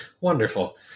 Wonderful